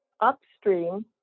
upstream